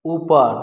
ऊपर